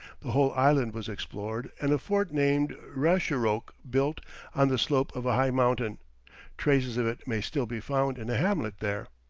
the whole island was explored and a fort named richeroque built on the slope of a high mountain traces of it may still be found in a hamlet there.